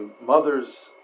mother's